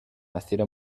مسیر